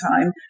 time